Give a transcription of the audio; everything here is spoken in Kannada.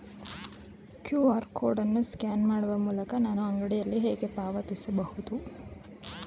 ಕ್ಯೂ.ಆರ್ ಕೋಡ್ ಅನ್ನು ಸ್ಕ್ಯಾನ್ ಮಾಡುವ ಮೂಲಕ ನಾನು ಅಂಗಡಿಯಲ್ಲಿ ಹೇಗೆ ಪಾವತಿಸಬಹುದು?